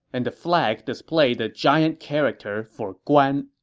and the flag displayed the giant character for guan.